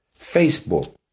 Facebook